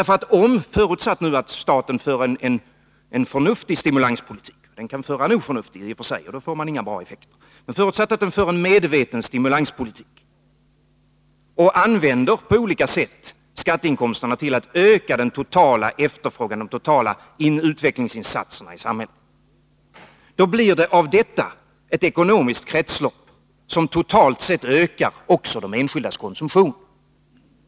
Förutsatt att staten för en förnuftig stimulanspolitik — den kan i och för sig föra en oförnuftig politik och då får man inga bra effekter — och använder skatteinkomsterna till att öka de totala utvecklingsinsatserna i samhället, blir det av detta ett ekonomiskt kretslopp som totalt sett ökar också de enskildas konsumtion.